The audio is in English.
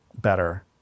better